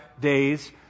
days